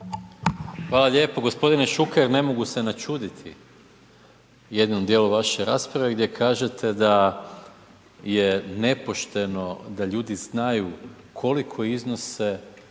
Hvala lijepo. Gospodine Šuker ne mogu se načuditi jednom dijelu vaše rasprave gdje kažete da je nepošteno da ljudi znaju koliko iznose